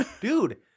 dude